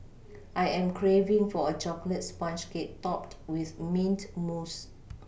I am craving for a chocolate sponge cake topped with mint mousse